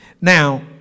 Now